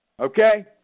Okay